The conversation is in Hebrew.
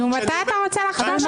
מתי אתה רוצה לחשוב על זה?